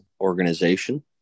organization